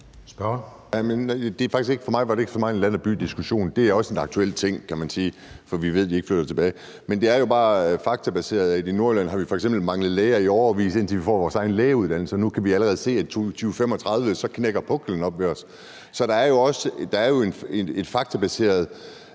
Andersen (NB): For mig var det ikke så meget en land og by-diskussion. Det er også en aktuel ting, kan man sige, for vi ved, de ikke flytter tilbage. Men det er jo bare faktabaseret, at i Nordjylland har vi f.eks. manglet læger i årevis, indtil vi fik vores egen lægeuddannelse, og nu kan vi allerede se, at i 2035 knækker kurven oppe ved os. Så det er jo faktabaseret.